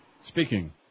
Speaking